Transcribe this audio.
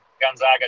Gonzaga